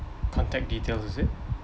contact details is it